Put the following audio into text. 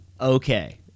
Okay